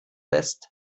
lässt